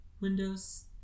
Windows